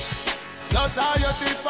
Society